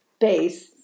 base